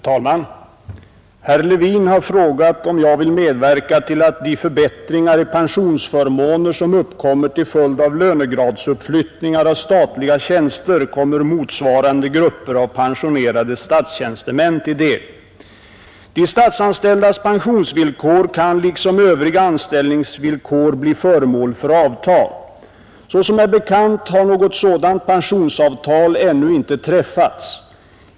Herr talman! Herr Levin har frågat om jag vill medverka till att de förbättringar i pensionsförmåner som uppkommer till följd av lönegradsuppflyttningar av statliga tjänster kommer motsvarande grupper av pensionerade statstjänstemän till del. De statsanställdas pensionsvillkor kan liksom övriga anställningsvillkor bli föremål för avtal. Såsom är bekant har något sådant pensionsavtal ännu inte träffats.